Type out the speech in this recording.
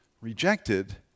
rejected